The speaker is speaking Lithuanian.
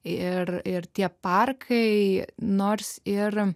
ir ir tie parkai nors ir